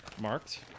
marked